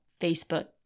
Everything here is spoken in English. Facebook